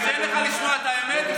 קשה לך שמוע את האמת,